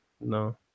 No